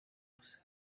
gusa